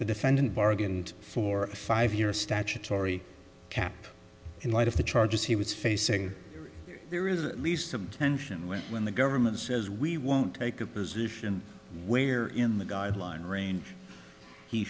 the defendant bargained for a five year statutory cap in light of the charges he was facing there is the least of tension when when the government says we won't take a position where in the guideline range he